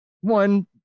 one